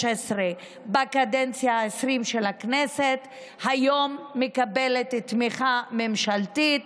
בכנסת העשרים היום מקבלת תמיכה ממשלתית.